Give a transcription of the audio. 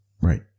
Right